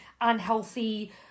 unhealthy